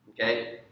okay